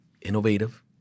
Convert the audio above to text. innovative